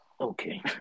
Okay